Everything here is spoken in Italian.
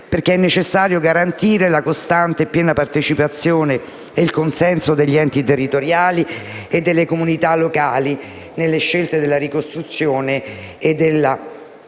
È necessario garantire, infatti, la costante e piena partecipazione, nonché il consenso degli enti territoriali e delle comunità locali nelle scelte della ricostruzione e